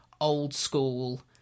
old-school